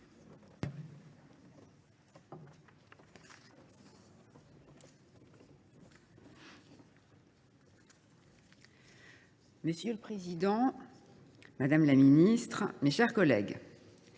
Monsieur le président, madame la ministre, mes chers collègues,